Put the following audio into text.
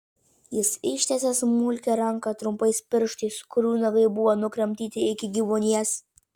jis ištiesė smulkią ranką trumpais pirštais kurių nagai buvo nukramtyti iki gyvuonies